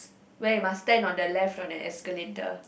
where you must stand on the left on a escalator